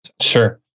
Sure